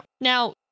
Now